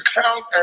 count